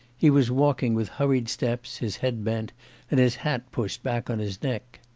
he was walking with hurried steps, his head bent and his hat pushed back on his neck.